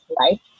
right